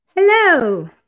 Hello